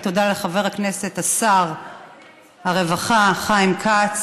תודה לחבר הכנסת ושר הרווחה חיים כץ,